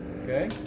Okay